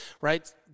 right